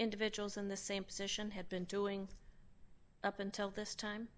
individuals in the same position had been doing up until this time